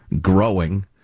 growing